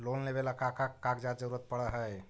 Loan लेवेला का का कागजात जरूरत पड़ हइ?